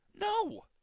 No